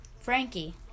Frankie